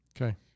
Okay